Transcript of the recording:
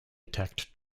attacked